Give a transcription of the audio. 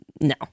no